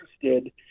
interested